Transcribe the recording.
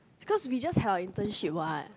because we just had our internship what